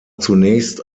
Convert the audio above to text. zunächst